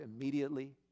immediately